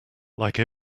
like